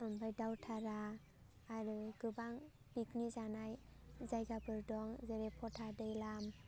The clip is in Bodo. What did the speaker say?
ओमफ्राय दावथारा आरो गोबां पिकनिक जानाय जायगाफोर दं जेरै पथा दैलाम